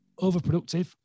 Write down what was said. overproductive